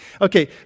Okay